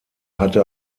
hatte